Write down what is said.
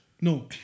No